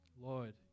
Lord